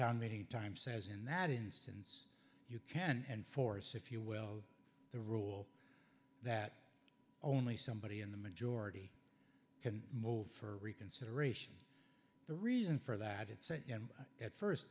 town meeting time says in that instance you can enforce if you will the rule that only somebody in the majority can move for reconsideration the reason for that it